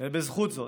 ובזכות זאת,